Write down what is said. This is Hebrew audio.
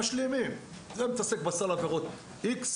כל אחד מתעסק בסל עבירות אחר.